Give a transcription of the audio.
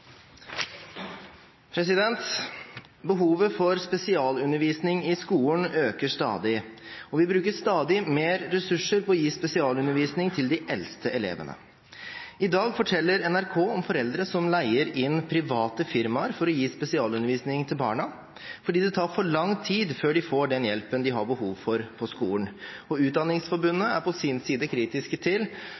Behovet for spesialundervisning i skolen øker stadig, og vi bruker stadig mer ressurser på å gi spesialundervisning til de eldste elevene. I dag forteller NRK om foreldre som leier inn private firmaer for å gi spesialundervisning til barna, fordi det tar for lang tid før de får den hjelpen de har behov for, på skolen. Utdanningsforbundet er på sin side kritisk til